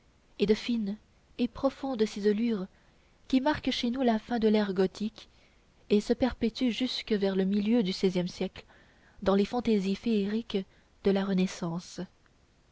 de fine et profonde ciselure qui marque chez nous la fin de l'ère gothique et se perpétue jusque vers le milieu du seizième siècle dans les fantaisies féeriques de la renaissance